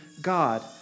God